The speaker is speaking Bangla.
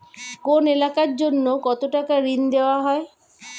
কোন এলাকার জন্য কত টাকা ঋণ দেয়া হয়?